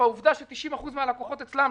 העובדה ש-90% מן הלקוחות אצלם,